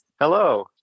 Hello